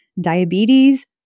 diabetes